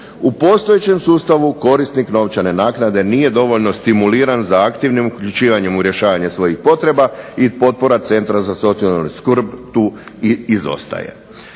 u postojećem sustavu korisnik novčane naknade nije dovoljno stimuliran za aktivnim uključivanjem u rješavanje svojih potreba, i potpora Centra za socijalnu skrb tu i izostaje.